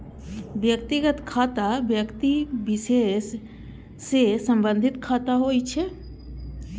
व्यक्तिगत खाता व्यक्ति विशेष सं संबंधित खाता होइ छै